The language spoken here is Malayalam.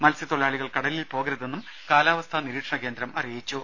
മത്സ്യതൊഴിലാളികൾ കടലിൽ പോകരുതെന്നും കാലാവസ്ഥാ നിരീക്ഷണ കേന്ദ്രം അറിയിച്ചു